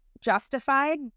justified